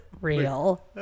real